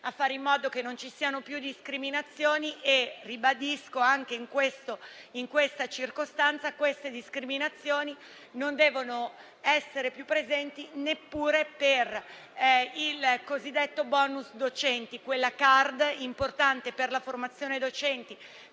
la Commissione, che non ci siano più discriminazioni. Ribadisco anche in questa circostanza che tali discriminazioni non devono essere più presenti neppure per il cosiddetto *bonus* docenti, quella *card* importante per la formazione dei